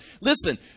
Listen